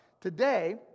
today